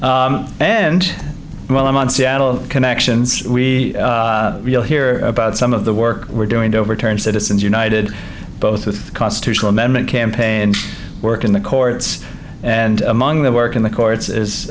and while i'm on seattle connections we will hear about some of the work we're doing to overturn citizens united both with constitutional amendment campaign work in the courts and among the work in the courts